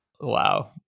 Wow